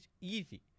easy